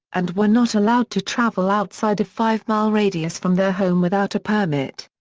and were not allowed to travel outside a five-mile radius from their home without a permit.